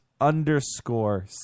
underscore